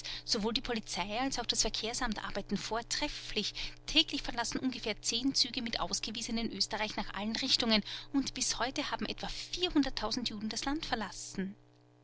sowohl die polizei als auch das verkehrsamt arbeiten vortrefflich täglich verlassen ungefähr zehn züge mit ausgewiesenen oesterreich nach allen richtungen und bis heute haben etwa vierhunderttausend juden das land verlassen